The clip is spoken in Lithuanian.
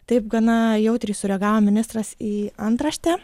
taip gana jautriai sureagavo ministras į antraštę